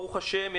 ברוך השם,